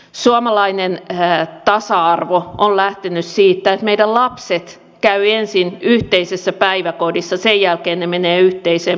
suomalainen tasa arvo on lähtenyt siitä että meidän lapsemme käyvät ensin yhteisessä päiväkodissa sen jälkeen he menevät yhteiseen peruskouluun